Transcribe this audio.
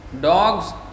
Dogs